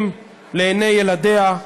אם לעיני ילדיה,